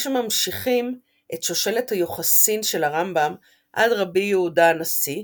יש הממשיכים את שושלת היוחסין של הרמב”ם עד רבי יהודה הנשיא,